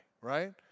right